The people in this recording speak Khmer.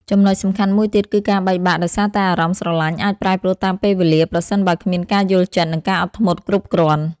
ចំណុចសំខាន់មួយទៀត គឺការបែកបាក់ដោយសារតែអារម្មណ៍ស្រលាញ់អាចប្រែប្រួលតាមពេលវេលាប្រសិនបើគ្មានការយល់ចិត្ត និងការអត់ធ្មត់គ្រប់គ្រាន់។